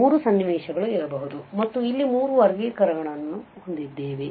ಆದ್ದರಿಂದ ಮೂರು ಸನ್ನಿವೇಶಗಳು ಇರಬಹುದು ಮತ್ತು ಇಲ್ಲಿ ಮೂರು ವರ್ಗೀಕರಣವನ್ನು ಹೊಂದಿದ್ದೇವೆ